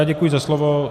Děkuji za slovo.